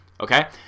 Okay